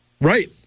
right